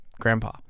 grandpa